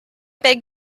beg